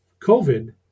covid